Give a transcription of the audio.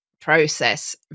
process